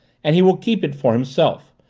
and he will keep it for himself.